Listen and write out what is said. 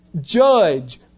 Judge